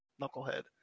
knucklehead